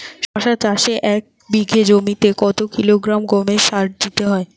শশা চাষে এক বিঘে জমিতে কত কিলোগ্রাম গোমোর সার দিতে হয়?